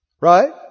Right